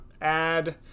add